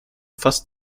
fast